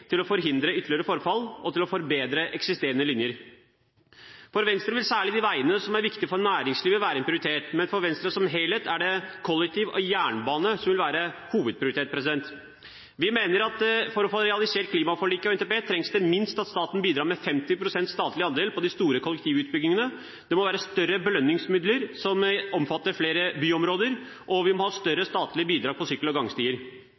til å forhindre ytterligere forfall og til å forbedre eksisterende linjer. For Venstre vil særlig de veiene som er viktige for næringslivet, være en prioritet. Men for Venstre som helhet er det kollektiv og jernbane som vil være hovedprioritet. Vi mener at det for å få realisert klimaforliket og NTP minst trengs at staten bidrar med 50 pst. statlig andel i de store kollektivutbyggingene, at det må være større belønningsmidler, som omfatter flere byområder, og at vi må ha større statlige bidrag på sykkel- og gangstier.